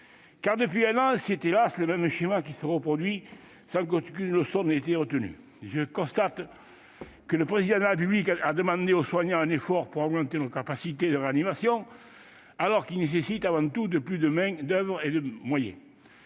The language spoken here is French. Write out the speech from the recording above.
an. Depuis un an, c'est- hélas ! -le même schéma qui se reproduit sans qu'aucune leçon ait été retenue. Je constate que le Président de la République a demandé aux soignants un effort pour augmenter nos capacités de réanimation, mais ce qui est nécessaire, avant tout, c'est de disposer de plus de main-d'oeuvre et de moyens.